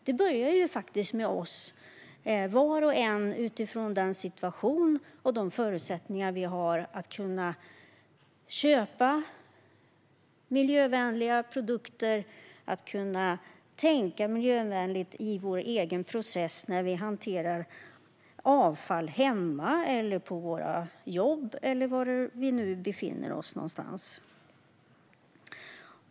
Det börjar med oss, var och en utifrån den situation och de förutsättningar vi har att kunna köpa miljövänliga produkter och att kunna tänka miljövänligt i vår egen process till exempel när vi hanterar avfall hemma, på våra jobb eller var vi nu befinner oss någonstans.